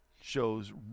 shows